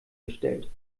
gestellt